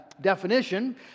definition